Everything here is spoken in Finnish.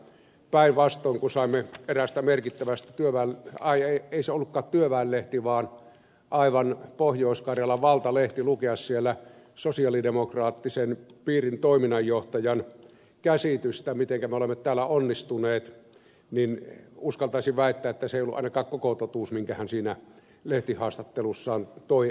päinvastoin kun saimme eräästä merkittävästä työväenlehdestä ai ei se ollutkaan työväenlehti vaan aivan pohjois karjalan valtalehti lukea sosialidemokraattisen piirin toiminnanjohtajan käsitystä siitä mitenkä me olemme täällä onnistuneet niin uskaltaisin väittää ettei se ollut ainakaan koko totuus minkä hän siinä lehtihaastattelussaan toi esille